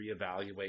reevaluate